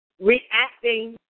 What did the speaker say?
reacting